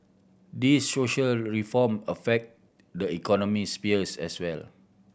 these social reform affect the economy spheres as well